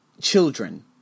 children